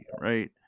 right